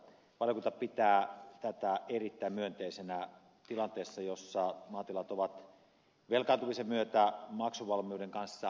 valiokunta pitää tätä erittäin myönteisenä tilanteessa jossa maatilat ovat velkaantumisen myötä maksuvalmiuden kanssa ongelmissa